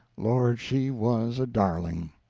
lord, she was a darling!